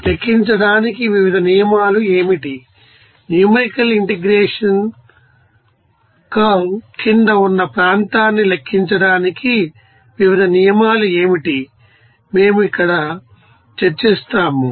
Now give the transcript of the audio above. లెక్కించడానికి వివిధ నియమాలు ఏమిటి న్యూమరికల్ ఇంటెగ్రేషన్ కర్వ్ క్రింద ఉన్నప్రాంతాన్ని లెక్కించడానికి వివిధ నియమాలు ఏమిటి మేము ఇక్కడ చర్చిస్తాము